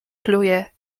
pluje